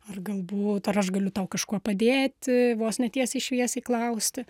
ar galbūt ar aš galiu tau kažkuo padėti vos ne tiesiai šviesiai klausti